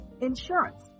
insurance